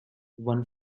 one